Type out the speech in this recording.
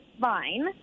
fine